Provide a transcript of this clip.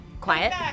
Quiet